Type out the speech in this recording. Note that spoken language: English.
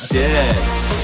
dicks